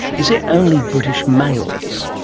is it only british males?